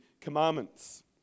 commandments